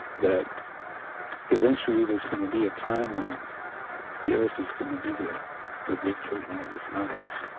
that eventually there's going to be a time when the earth is going to be the the victor in all this, not us